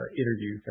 interview